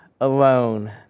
alone